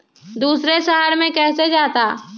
दूसरे शहर मे कैसे जाता?